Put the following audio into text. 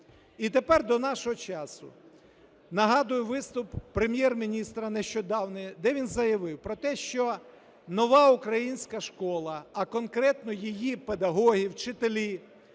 І тепер до нашого часу. Нагадую, виступ Прем'єр-міністра нещодавній, де він заявив про те, що "Нова українська школа", а конкретно її педагоги, вчителі